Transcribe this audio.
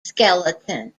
skeleton